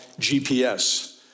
GPS